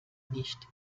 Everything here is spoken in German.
nicht